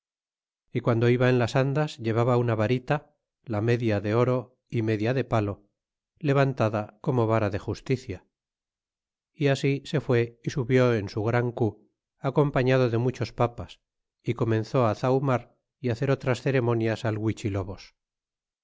y guando iba en las andas llevaba una varita la media de oro y media de palo levantada como vara de justicia y así se fue y subió en su gran cu acompañado de muchos papas y comenzó á zahumar y hacer otras ceremonias al